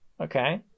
okay